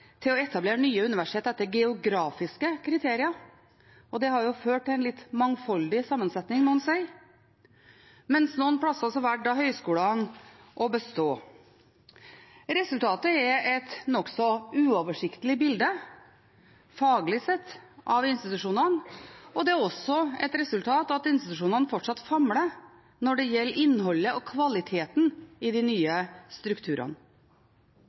etablere nye universitet etter geografiske kriterier – og det har jo ført til en litt mangfoldig sammensetning, må en si – mens noen plasser valgte høyskolene å bestå. Resultatet er et nokså uoversiktlig bilde, faglig sett, av institusjonene, og det er også et resultat av at institusjonene fortsatt famler når det gjelder innholdet og kvaliteten i de nye strukturene.